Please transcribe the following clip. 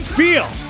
feel